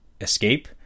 escape